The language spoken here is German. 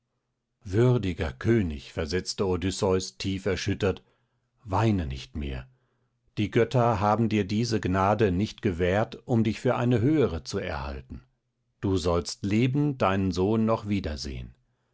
würdiger könig versetzte odysseus tief erschüttert weine nicht mehr die götter haben dir diese gnade nicht gewährt um dich für eine höhere zu erhalten du sollst lebend deinen sohn noch wiedersehen